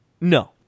No